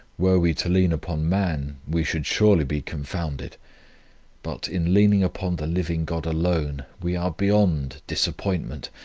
were we to lean upon man, we should surely be confounded but, in leaning upon the living god alone, we are beyond disappointment,